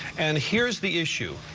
and here's the issue.